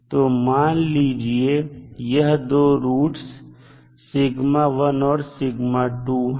तो मान लीजिए यह दो रूट और हैं